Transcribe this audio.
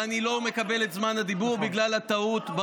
ואני לא מקבל את זמן הדיבור בגלל הטעות.